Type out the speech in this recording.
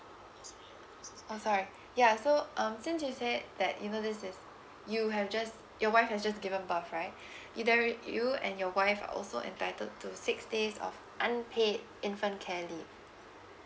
I'm sorry ya so um since you said that you know this is you have just your wife has just given birth right either you and your wife are also entitled to six days of unpaid infant care leave